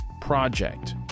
Project